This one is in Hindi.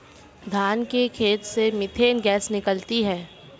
धान के खेत से मीथेन गैस निकलती है